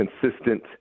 consistent